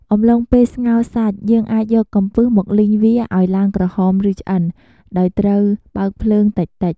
អំឡុងពេលស្ងោរសាច់ យើងអាចយកកំពឹស មកលីងវាឱ្យឡើងក្រហមឬឆ្អិន ដោយត្រូវបើកភ្លើងតិចៗ។